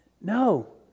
No